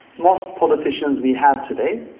most politicians we have today